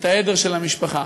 את העדר של המשפחה.